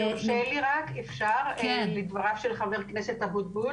אם יורשה לי להגיב לדבריו של חבר הכנסת אבוטבול